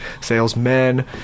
salesmen